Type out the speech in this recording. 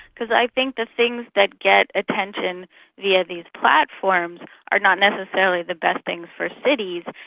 because i think the things that get attention via these platforms are not necessarily the best things for cities,